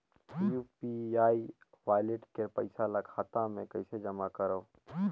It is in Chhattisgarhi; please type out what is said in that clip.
यू.पी.आई वालेट के पईसा ल खाता मे कइसे जमा करव?